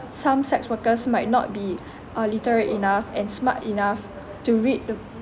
some sex workers might not be uh literate enough and smart enough to read the